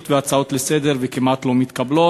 והצעות לסדר-היום והן כמעט לא מתקבלות.